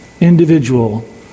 individual